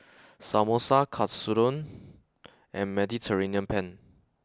Samosa Katsudon and Mediterranean Penne